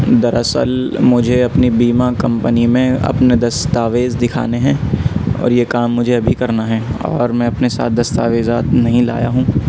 دراصل مجھے اپنی بیما کمپنی میں اپنے دستاویز دکھانے ہیں اور یہ کام مجھے ابھی کرنا ہیں اور میں اپنے ساتھ دستاویزات نہیں لایا ہوں